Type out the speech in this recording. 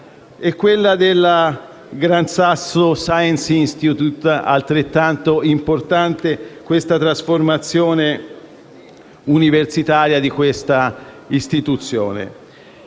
e quella della Gran Sasso Science Institute (altrettanto importante la trasformazione universitaria di questa istituzione).